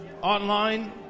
online